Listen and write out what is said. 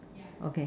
okay